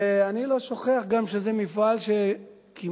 ואני לא שוכח גם שזה מפעל שכמעט